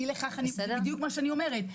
בדיוק מה שאני אומרת,